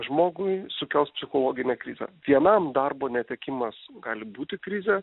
žmogui sukels psichologinę krizę vienam darbo netekimas gali būti krizė